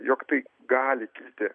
jog tai gali kilti